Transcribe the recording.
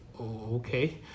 okay